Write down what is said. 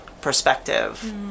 perspective